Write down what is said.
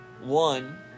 one